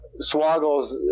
Swaggles